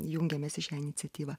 jungiamės į šią iniciatyvą